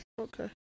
Okay